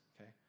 okay